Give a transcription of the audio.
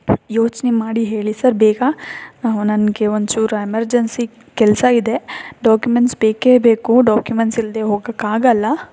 ಯೋಚನೆ ಮಾಡಿ ಹೇಳಿ ಸರ್ ಬೇಗ ನಾವು ನನಗೆ ಒಂಚೂರು ಎಮರ್ಜೆನ್ಸಿ ಕೆಲಸ ಇದೆ ಡಾಕ್ಯುಮೆಂಟ್ಸ್ ಬೇಕೇ ಬೇಕು ಡಾಕ್ಯುಮೆಂಟ್ಸ್ ಇಲ್ಲದೆ ಹೋಗೋಕ್ಕಾಗಲ್ಲ